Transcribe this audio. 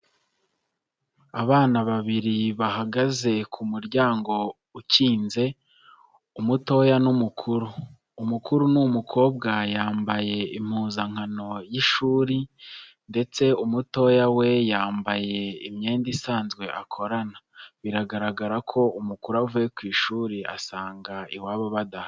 Abana babiri bahagaze ku muryango ukinze, umutoya n'umukuru. Umukuru ni umukobwa yambaye impuzankano y'ishuri ndetse umutoya we yambaye imyenda isanzwe akorana. Biragaragara ko umukuru avuye ku ishuri asanga iwabo badahari.